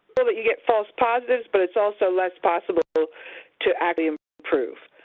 so but you get false positives, but it's also less possible to actually um improve.